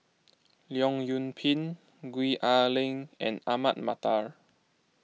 Leong Yoon Pin Gwee Ah Leng and Ahmad Mattar